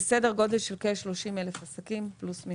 זה סדר גודל של כ-30,000 עסקים נוספים,